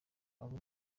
abo